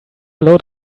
load